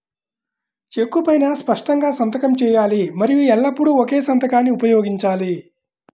చెక్కు పైనా స్పష్టంగా సంతకం చేయాలి మరియు ఎల్లప్పుడూ ఒకే సంతకాన్ని ఉపయోగించాలి